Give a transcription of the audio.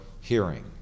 hearing